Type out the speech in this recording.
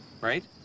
Right